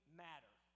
matter